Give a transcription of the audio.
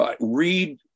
Read